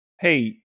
hey